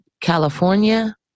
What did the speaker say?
California